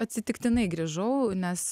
atsitiktinai grįžau nes